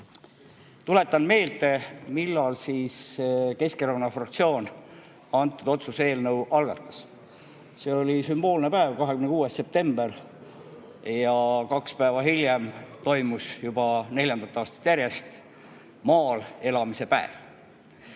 Tuletan meelde, millal Keskerakonna fraktsioon selle otsuse eelnõu algatas. See oli sümboolne päev, 26. september – kaks päeva hiljem toimus juba neljandat aastat järjest maal elamise päev.